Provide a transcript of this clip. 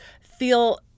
feel